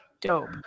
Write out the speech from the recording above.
dope